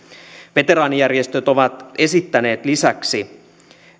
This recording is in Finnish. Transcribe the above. veteraanijärjestöt ovat esittäneet lisäksi